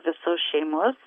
visos šeimos